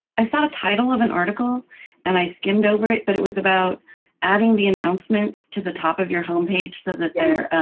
i saw a tittle of an article and i skimmed over it but it was about adding the announcements to the top of your home page so that they're